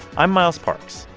i'm miles parks.